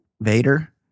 Vader